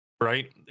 right